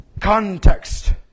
Context